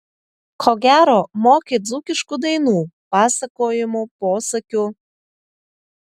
ko gero moki dzūkiškų dainų pasakojimų posakių